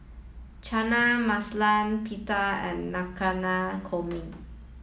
Chana Masala Pita and Korma